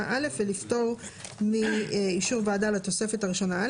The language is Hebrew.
א ולפתור מאישור ועדה לתוספת הראשונה א'.